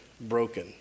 broken